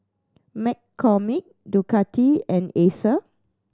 McCormick Ducati and Acer